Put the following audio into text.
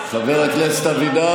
חבר הכנסת אבידר,